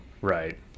Right